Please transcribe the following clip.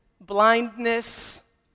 blindness